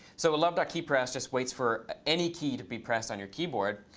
so love dot keypressed just waits for any key to be pressed on your keyboard.